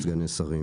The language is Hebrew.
סגני שרים,